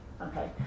Okay